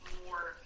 more